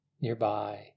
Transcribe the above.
nearby